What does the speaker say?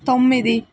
తొమ్మిది